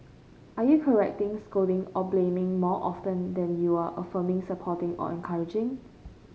are you correcting scolding or blaming more often than you are affirming supporting or encouraging